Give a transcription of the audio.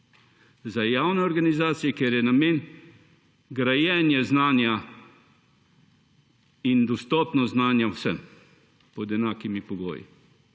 za javne organizacije, ker je namen grajenje znanja in dostopnost znanje vsem pod enakimi pogoji.